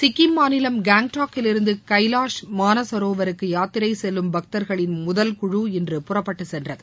சிக்கிம் மாநிலம் காங்டாக்கிலிருந்து கைலாஷ் மானோசரவருக்கு யாத்திரை செல்லும் பக்தர்களின் முதல் குழு இன்று புறப்பட்டு சென்றது